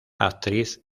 actriz